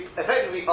effectively